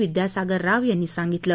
विद्यासागर राव यांनी सांगितलं